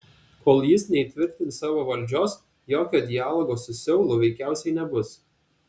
kol jis neįtvirtins savo valdžios jokio dialogo su seulu veikiausiai nebus